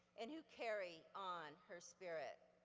and who carry on her spirit.